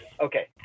okay